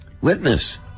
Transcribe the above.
Witness